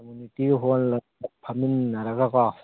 community ꯍꯣꯜꯗ ꯐꯝꯃꯤꯟꯅꯔꯒ ꯀꯣ